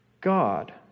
God